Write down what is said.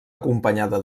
acompanyada